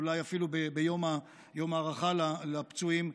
אולי אפילו ביום ההערכה לפצועים,